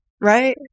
right